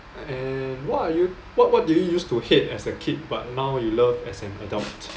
and what are you what what do you use to hate as a kid but now you love as an adult